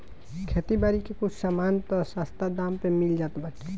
खेती बारी के कुछ सामान तअ सस्ता दाम पे मिल जात बाटे